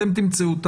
אתם תמצאו,